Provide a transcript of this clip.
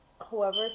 whoever